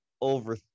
over